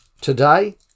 Today